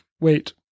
Wait